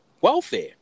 welfare